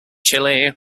chile